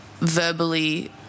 verbally